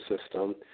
system